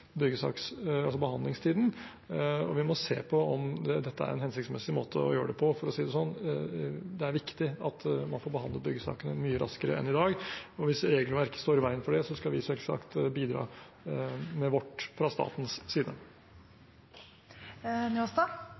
behandlingstiden. Vi må se på om dette er en hensiktsmessig måte å gjøre det på, for å si det sånn. Det er viktig at man kan behandle byggesakene mye raskere enn i dag. Hvis regelverket står i veien for det, skal vi selvsagt bidra med vårt fra statens side. Det blir oppfølgingsspørsmål – først Helge André Njåstad.